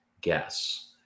guess